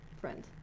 friend